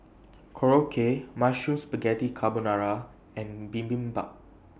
Korokke Mushroom Spaghetti Carbonara and Bibimbap